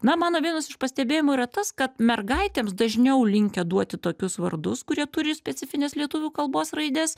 na mano vienas iš pastebėjimų yra tas kad mergaitėms dažniau linkę duoti tokius vardus kurie turi specifines lietuvių kalbos raides